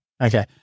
Okay